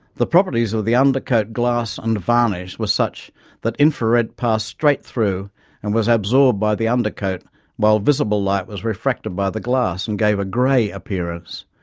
the properties of the undercoat, glass and varnish were such that infrared passed straight through and was absorbed by the undercoat while visible light was refracted by the glass and gave a grey appearance.